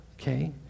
Okay